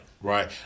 right